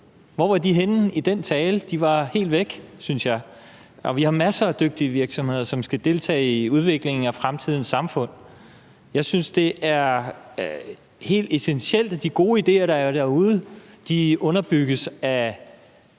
Hvor var de henne i den tale? De var helt væk, synes jeg. Og vi har masser af dygtige virksomheder, som skal deltage i udviklingen af fremtidens samfund. Jeg synes, det er helt essentielt, at de gode idéer, der er derude, underbygges af